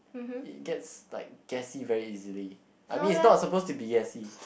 it get like get gassy very easily I mean is not suppose to be gassy